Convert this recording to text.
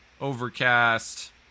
Overcast